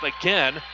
again